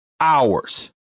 hours